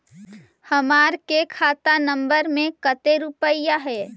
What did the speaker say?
हमार के खाता नंबर में कते रूपैया है?